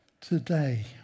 today